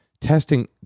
testing